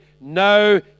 no